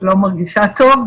לא מרגישה טוב,